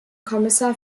kommissar